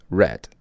red 。